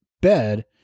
bed